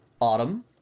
autumn